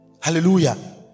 Hallelujah